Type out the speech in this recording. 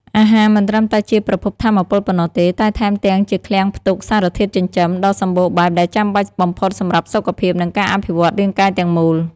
អាហារមិនត្រឹមតែជាប្រភពថាមពលប៉ុណ្ណោះទេ តែថែមទាំងជាឃ្លាំងផ្ទុក សារធាតុចិញ្ចឹម ដ៏សម្បូរបែបដែលចាំបាច់បំផុតសម្រាប់សុខភាព និងការអភិវឌ្ឍរាងកាយទាំងមូល។